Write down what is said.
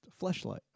Fleshlight